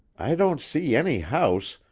i don't see any house,